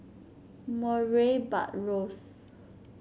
Murray Buttrose